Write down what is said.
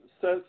says